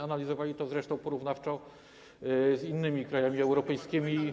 Analizowaliśmy to zresztą porównawczo z innymi krajami europejskimi i.